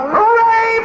Hooray